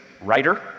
writer